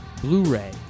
Blu-ray